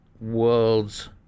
world's